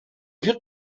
più